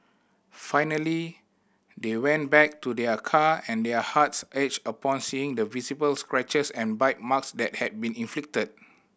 finally they went back to their car and their hearts upon seeing the visible scratches and bite marks that had been inflicted